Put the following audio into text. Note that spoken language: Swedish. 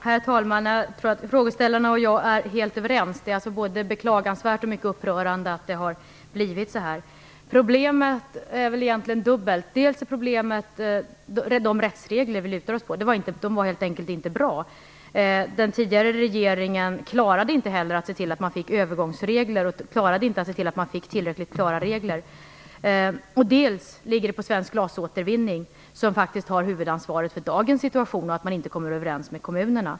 Herr talman! Jag tror att frågeställarna och jag är helt överens. Det är både beklagansvärt och mycket upprörande att det har blivit så här. Problemet är egentligen dubbelt. De rättsregler som man lutade sig på var helt enkelt inte bra. Det tidigare regeringen klarade inte att se till att det infördes övergångsregler och inte heller att se till att reglerna blev tillräckligt klara. Dessutom ligger problemet hos Svensk glasåtervinning som har huvudansvaret för dagens situation, att man inte kommer överens med kommunerna.